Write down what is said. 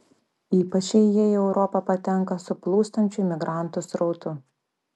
ypač jei jie į europą patenka su plūstančiu imigrantų srautu